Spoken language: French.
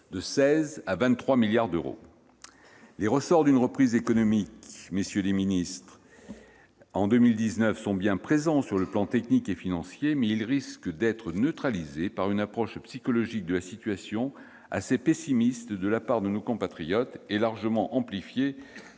les ministres, les ressorts d'une reprise économique en 2019 sont bien présents sur le plan technique et financier, mais ils risquent d'être neutralisés par une approche psychologique de la situation assez pessimiste de la part de nos compatriotes, largement amplifiée